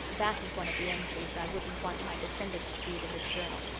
that is one of the entries i wouldn't want my descendants to read in this journal.